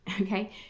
Okay